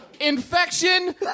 infection